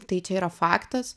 tai čia yra faktas